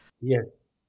Yes